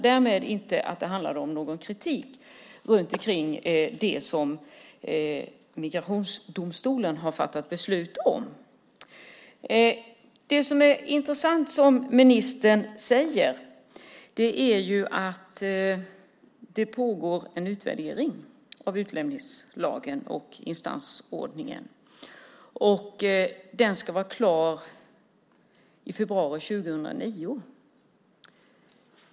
Det handlade inte om någon kritik av det beslut som migrationsdomstolen hade fattat. Ministern säger att det pågår en utvärdering av utlänningslagen och instansordningen. Den ska vara klar i februari 2009.